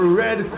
red